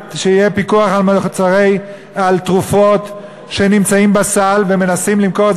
שיהיה פיקוח על תרופות שנמצאות בסל ומנסים למכור.